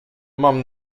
mam